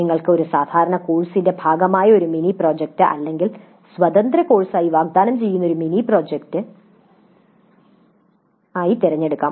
നിങ്ങൾക്ക് ഒരു സാധാരണ കോഴ്സിന്റെ ഭാഗമായ ഒരു മിനി പ്രോജക്റ്റ് അല്ലെങ്കിൽ ഒരു സ്വതന്ത്ര കോഴ്സായി വാഗ്ദാനം ചെയ്യുന്ന ഒരു മിനി പ്രോജക്റ്റ് ആയി തിരഞ്ഞെടുക്കാം